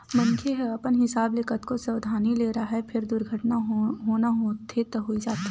मनखे ह अपन हिसाब ले कतको सवधानी ले राहय फेर दुरघटना होना होथे त होइ जाथे